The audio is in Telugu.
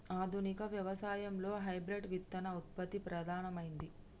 ఆధునిక వ్యవసాయం లో హైబ్రిడ్ విత్తన ఉత్పత్తి ప్రధానమైంది